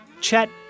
Chet